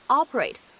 operate